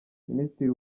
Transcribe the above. minisitiri